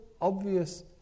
obvious